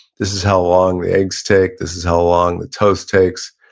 this is how long the eggs take, this is how long the toast takes.